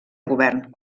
govern